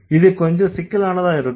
இது கொஞ்சம் சிக்கலானதா இருக்கும்